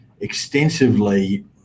extensively